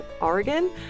Oregon